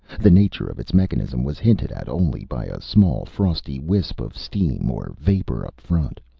the nature of its mechanism was hinted at only by a small, frosty wisp of steam or vapor up front.